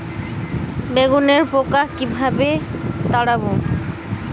বেগুনের পোকা কিভাবে তাড়াব?